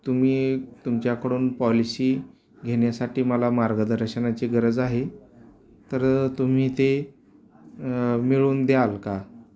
तुम्ही तुमच्याकडून पॉलिसी घेण्यासाठी मला मार्गदर्शनाची गरज आहे तर तुम्ही ते मिळवून द्याल का